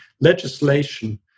Legislation